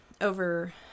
over